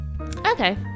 Okay